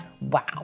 Wow